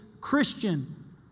Christian